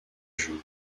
juin